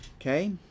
Okay